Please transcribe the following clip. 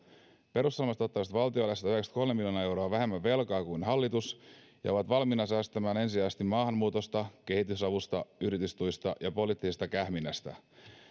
perussuomalaiset ottaisivat valtiolle satayhdeksänkymmentäkolme miljoonaa euroa vähemmän velkaa kuin hallitus ja ovat valmiina säästämään ensisijaisesti maahanmuutosta kehitysavusta yritystuista ja poliittisesta kähminnästä